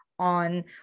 on